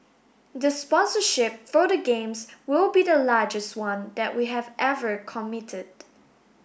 the sponsorship for the Games will be the largest one that we have ever committed